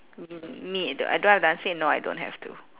me me either I don't have to answer it now I don't have to